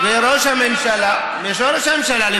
אז למה אנחנו מצביעים היום?